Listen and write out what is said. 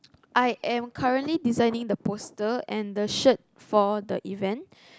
I am currently designing the poster and the shirt for the event